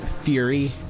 fury